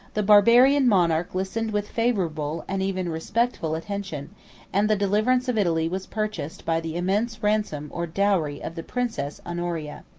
the barbarian monarch listened with favorable, and even respectful, attention and the deliverance of italy was purchased by the immense ransom, or dowry, of the princess honoria.